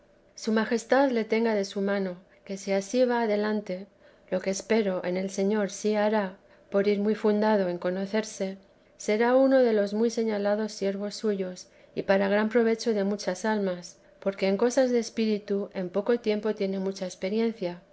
su majestad le tenga de su mano que si ansí va adelante lo que espero en el señor si hará por ir muy fundado en conocerse será uno de los muy señalados siervos suyos y para gran provecho de muchas almas porque en cosas de espíritu en poco tiempo tiene mucha experiencia